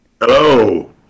Hello